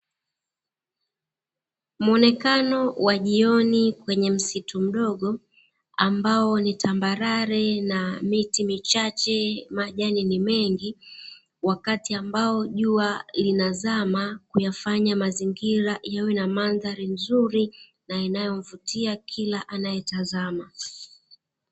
Muonekano wa jioni kwenye msitu mdogo ambao ni tambarare na miti michache, majani ni mengi, wakati ambao jua linazama kuyafanya mazingira yawe na mandhari nzuri na iyomvutia kila anayeitazama.